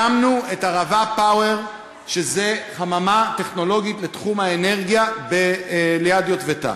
הקמנו את "ערבה פאוור" שזו חממה טכנולוגית לתחום האנרגיה ליד יטבתה.